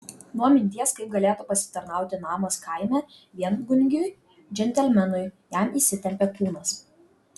nuo minties kaip galėtų pasitarnauti namas kaime viengungiui džentelmenui jam įsitempė kūnas